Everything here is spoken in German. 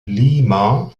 lima